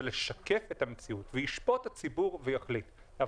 זה לשקף את המציאות וישפוט הציבור ויחליט.